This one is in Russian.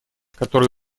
который